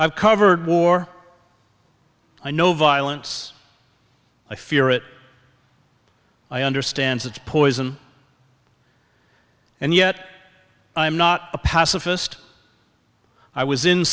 i've covered war i know violence i fear it i understand that poison and yet i'm not a pacifist i was in